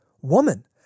Woman